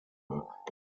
book